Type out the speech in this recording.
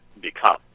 become